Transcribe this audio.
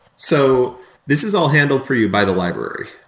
so this is all handled for you by the library.